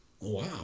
Wow